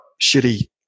shitty